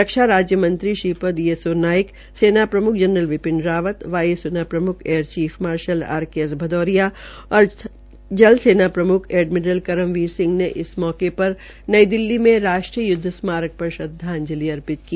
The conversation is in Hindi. रक्षा राज्य मंत्री श्रीपद येस्सो नाइक सेना प्रमुख जनरल बिपिन रावत वायु सेना प्रमुख air chief marshal R K S Bhadauria और जल सेना प्रमुख एडमिरल करमवीर सिंह ने इस अवसर पर नई दिल्ली में यूदव स्मारक पर श्रदवाजंलि अर्पित की